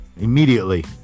Immediately